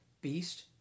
beast